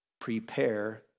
prepare